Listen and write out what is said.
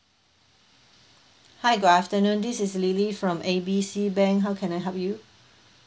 hi good afternoon this is lily from A B C bank how can I help you